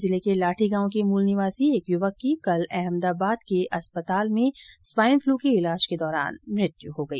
जैसलमेर जिले के लाठी गांव के मूल निवासी एक युवक की कल अहमदाबाद के अस्पताल में स्वाईन फ्लू के कारण मृत्यु हो गई